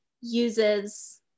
uses